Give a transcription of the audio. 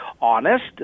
honest